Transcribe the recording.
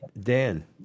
Dan